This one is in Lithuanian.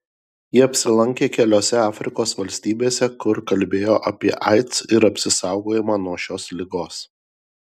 ji apsilankė keliose afrikos valstybėse kur kalbėjo apie aids ir apsisaugojimą nuo šios ligos